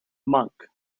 monk